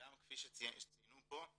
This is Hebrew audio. גם כפי שציינו פה,